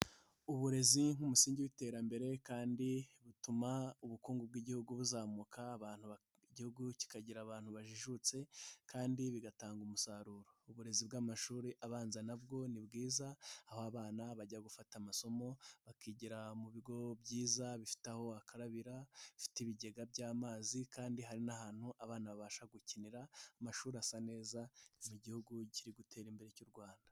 Uburezi nk'umusingi w'iterambere kandi butuma ubukungu bw'igihugu buzamuka, igihugu kikagira abantu bajijutse, kandi bigatanga umusaruro. Uburezi bw'amashuri abanza nabwo ni bwiza aho abana bajya gufata amasomo bakigira mu bigo byiza, bifite aho wakarabira, bifite ibigega by'amazi kandi hari n'ahantu abana babasha gukinira. Amashuri asa neza mu gihugu kiri gutera imbere cy'u Rwanda.